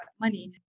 money